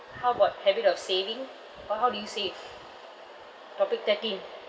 how about habit of saving or how do you save topic thirteen